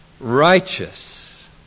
Righteous